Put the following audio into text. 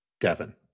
Devin